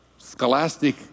scholastic